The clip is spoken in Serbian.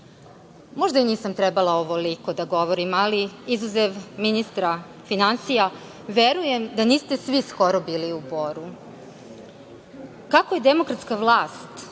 Možda i nisam trebala ovoliko da govorim, ali izuzev ministra finansija, verujem da niste skoro svi bili u Boru. Kako je demokratska vlast